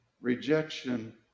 Rejection